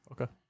Okay